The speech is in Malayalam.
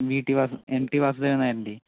V T Vasu M T Vasudevan നായരിൻ്റെയെ